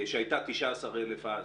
שהייתה 19,000 ש"ח אז,